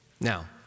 Now